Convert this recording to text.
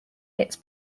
its